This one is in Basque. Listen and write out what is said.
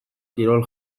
kirol